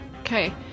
Okay